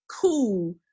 cool